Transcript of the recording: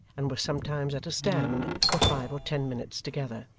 and was sometimes at a stand for five or ten minutes together.